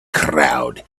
crowd